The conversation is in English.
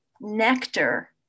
nectar